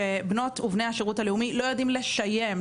שבנות ובני השירות הלאומי לא יודעים לשיים,